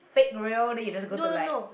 fake real then you just go to like